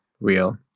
real